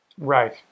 Right